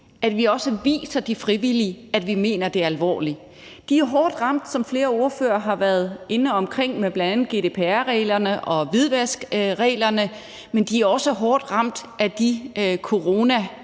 at vi også viser de frivillige, at vi mener det alvorligt. De er, som flere ordførere har været inde omkring, hårdt ramt af bl.a. GDPR-reglerne og hvidvaskreglerne, men de er også hårdt ramt af de